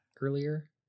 earlier